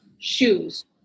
shoes